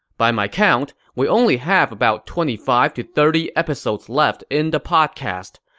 by my count, we only have about twenty five to thirty episodes left in the podcast.